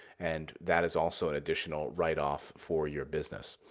and that is also an additional write-off for your business.